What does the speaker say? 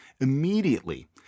Immediately